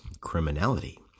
criminality